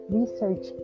Research